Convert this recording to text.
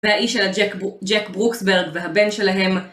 והאיש של ג'ק ברוקסברג והבן שלהם